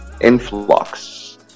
influx